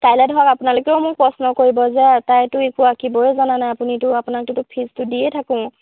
কাইলৈ ধৰক আপোনালোকেও মোক প্ৰশ্ন কৰিব যে তাইটো একো আঁকিবই জনা নাই আপুনিটো আপোনাকতোতো ফিজটো দিয়ে থাকোঁ মই